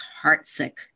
heartsick